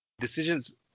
decisions